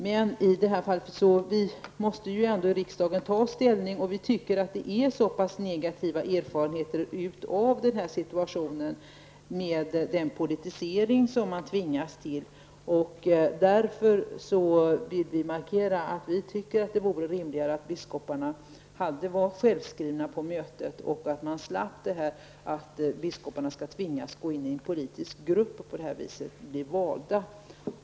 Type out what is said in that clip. Men i det här fallet måste ändå riksdagen ta ställning, och vi menar att erfarenheterna av den nuvarande situationen, med den politisering som därmed tvingas fram, är så pass negativa att vi därför vill markera att det vore rimligare att biskoparna var självskrivna på mötet. Vi skulle då slippa ifrån att biskoparna tvingas in i en politisk grupp för att bli valda.